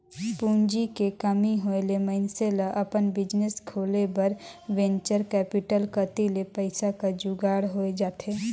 पूंजी के कमी होय ले मइनसे ल अपन बिजनेस खोले बर वेंचर कैपिटल कती ले पइसा कर जुगाड़ होए जाथे